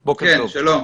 שלום.